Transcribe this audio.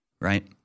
right